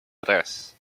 tres